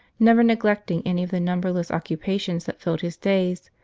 never neglecting any of the numberless occupations that filled his days,